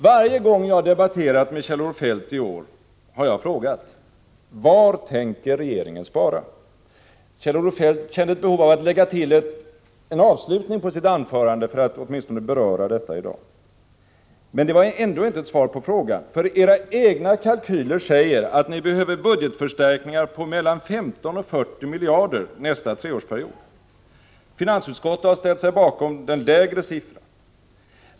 Varje gång jag debatterat med Kjell-Olof Feldt i år har jag frågat: Var tänker regeringen spara? Kjell-Olof Feldt kände ett behov av att lägga till en avslutning på sitt anförande för att åtminstone beröra detta i dag. Men det var ändå inte ett svar på frågan, för era egna kalkyler säger att ni behöver budgetförstärkningar på mellan 15 och 40 miljarder nästa treårsperiod. Finansutskottet har ställt sig bakom den lägre siffran.